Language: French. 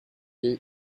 est